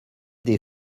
des